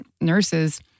nurses